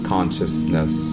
Consciousness